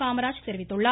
காமராஜ் தெரிவித்துள்ளார்